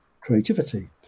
creativity